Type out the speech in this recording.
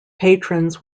patrons